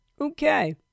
Okay